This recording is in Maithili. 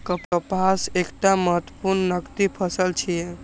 कपास एकटा महत्वपूर्ण नकदी फसल छियै